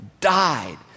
died